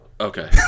Okay